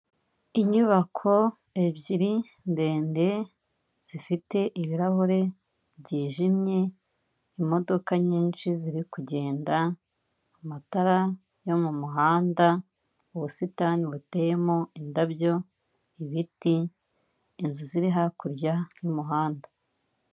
Inyubako ebyiri ndende zifite ibirahure byijimye imodoka nyinshi ziri kugenda amatara yo mumuhanda ubusitani buteyemo indabyo ibiti inzu ziri hakurya y'umuhanda.